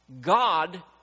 God